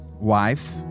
wife